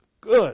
Good